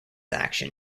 action